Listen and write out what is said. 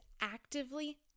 actively